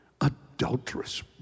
adulterous